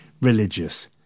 religious